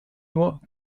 nur